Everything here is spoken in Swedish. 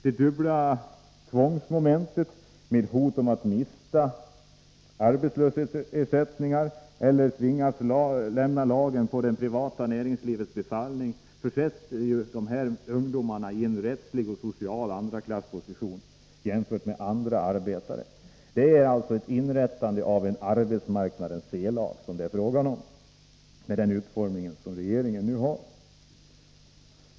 Det dubbla tvånget, hot att mista arbetslöshetsersättningar eller att tvingas lämna lagen på det privata näringslivets befallning, försätter ju dessa ungdomar i en andraklassposition rättsligt och socialt, jämfört med andra arbetare. Det är alltså, med regeringens förslag, fråga om inrättande av ett arbetsmarknadens C-lag.